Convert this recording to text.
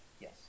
Yes